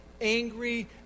angry